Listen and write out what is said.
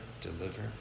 deliver